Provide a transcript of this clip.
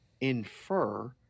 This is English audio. infer